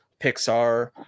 pixar